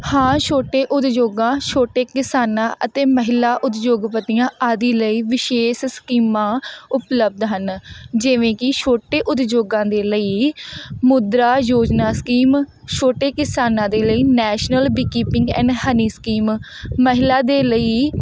ਹਾਂ ਛੋਟੇ ਉਦਯੋਗਾਂ ਛੋਟੇ ਕਿਸਾਨਾਂ ਅਤੇ ਮਹਿਲਾ ਉਦਯੋਗਪਤੀਆਂ ਆਦਿ ਲਈ ਵਿਸ਼ੇਸ਼ ਸਕੀਮਾਂ ਉਪਲੱਬਧ ਹਨ ਜਿਵੇਂ ਕਿ ਛੋਟੇ ਉਦਯੋਗਾਂ ਦੇ ਲਈ ਮੁਦਰਾ ਯੋਜਨਾ ਸਕੀਮ ਛੋਟੇ ਕਿਸਾਨਾਂ ਦੇ ਲਈ national beekeeping and honey scheme ਮਹਿਲਾ ਦੇ ਲਈ